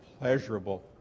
pleasurable